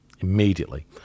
Immediately